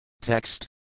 Text